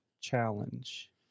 challenge